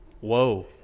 Whoa